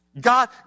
God